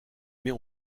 mais